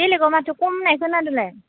बेलेगाव माथो कम होननाय खोनादोंलाय